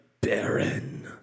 baron